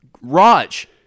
Raj